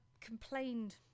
complained